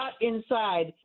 inside